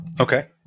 Okay